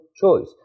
choice